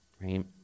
right